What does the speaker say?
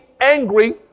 angry